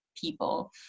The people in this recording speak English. people